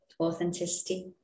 authenticity